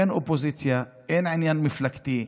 אין אופוזיציה, אין עניין מפלגתי.